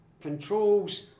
controls